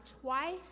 twice